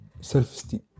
self-esteem